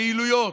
פעילויות,